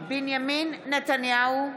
בנימין נתניהו,